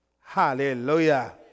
Hallelujah